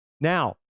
Now